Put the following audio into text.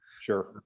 sure